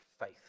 Faith